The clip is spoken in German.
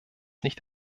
nicht